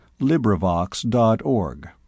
LibriVox.org